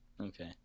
Okay